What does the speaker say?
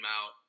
out